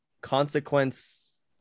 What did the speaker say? consequence